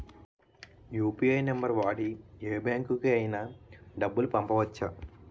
UPI number వాడి యే బ్యాంకుకి అయినా డబ్బులు పంపవచ్చ్చా?